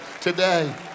today